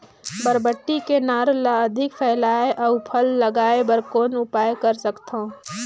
बरबट्टी के नार ल अधिक फैलाय अउ फल लागे बर कौन उपाय कर सकथव?